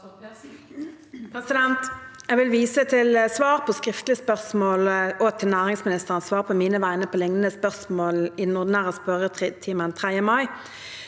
Jeg vil vise til svar på skriftlig spørsmål og til næringsministerens svar på mine vegne på lignende spørsmål i den ordinære spørretimen den 3. mai.